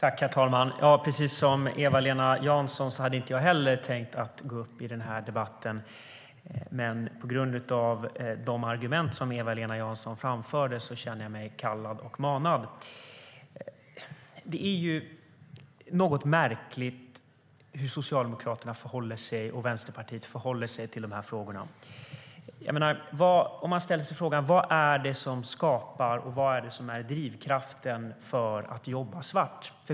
Herr talman! Precis som Eva-Lena Jansson hade inte jag heller tänkt gå upp i den här debatten. Men på grund av de argument som Eva-Lena Jansson framförde känner jag mig kallad och manad. Det är något märkligt hur Socialdemokraterna och Vänsterpartiet förhåller sig till de här frågorna. Vad är det som skapar svarta jobb? Och vad är det som är drivkraften för att jobba svart?